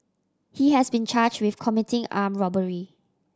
he has been charged with committing armed robbery